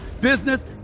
business